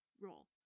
role